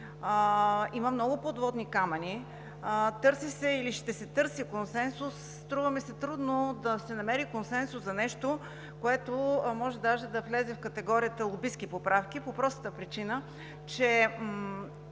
има много подводни камъни, търси се или ще се търси консенсус. Струва ми се трудно да се намери консенсус за нещо, което даже може да влезе в категорията „лобистки поправки“ по простата причина, че